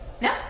no